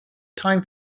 time